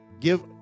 Give